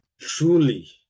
truly